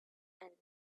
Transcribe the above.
and